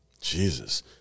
Jesus